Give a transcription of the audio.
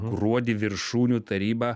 gruodį viršūnių taryba